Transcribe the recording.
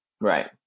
Right